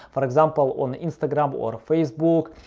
for example, on instagram but or facebook,